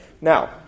Now